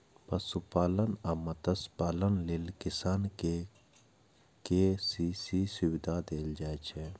पशुपालन आ मत्स्यपालन लेल किसान कें के.सी.सी सुविधा देल जाइ छै